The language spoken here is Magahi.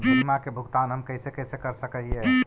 बीमा के भुगतान हम कैसे कैसे कर सक हिय?